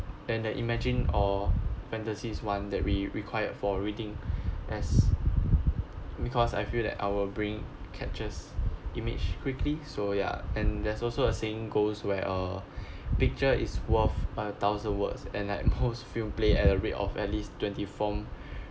and the imagine or fantasy is one that we required for reading as because I feel that our brain catches image quickly so ya and there's also a saying goes where a picture is worth a thousand words and like most film play at a rate of at least twenty form